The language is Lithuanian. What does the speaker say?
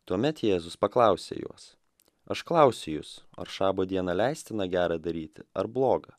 tuomet jėzus paklausė juos aš klausiu jus šabo dieną leistina gera daryti ar bloga